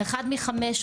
אחת מחמש,